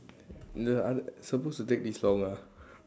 the other supposed to take this long ah